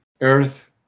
earth